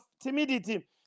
timidity